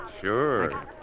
Sure